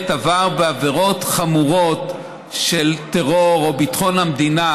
עבר עבירות חמורות של טרור או ביטחון המדינה